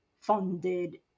funded